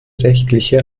rechtliche